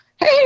Hey